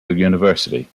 university